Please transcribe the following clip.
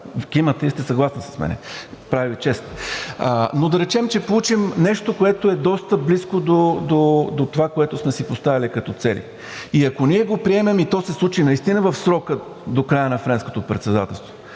Кимате и сте съгласна с мен. Прави Ви чест. Но да речем, че получим нещо, което е доста близко до това, което сме си поставили като цели, и ако ние го приемем и то се случи наистина в срока до края на Френското председателство,